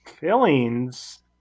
fillings